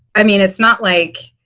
i mean, it's not like.